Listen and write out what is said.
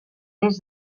des